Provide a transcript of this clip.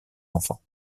enfants